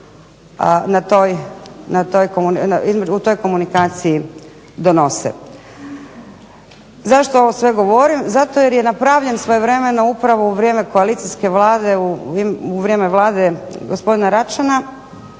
u toj komunikaciji donose. Zašto sve ovo govorim? Zato jer je napravljen svojevremeno upravo u vrijeme koalicijske vlade u vrijeme vlade gospodina Račana